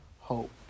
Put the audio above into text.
hope